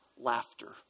laughter